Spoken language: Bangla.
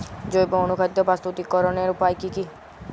জৈব অনুখাদ্য প্রস্তুতিকরনের উপায় কী কী?